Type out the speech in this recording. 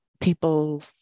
people